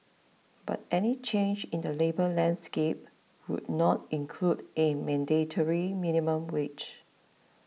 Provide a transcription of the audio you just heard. but any change in the labour landscape would not include a mandatory minimum wage